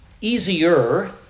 easier